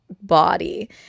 body